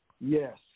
Yes